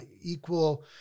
equal